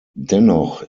dennoch